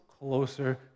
closer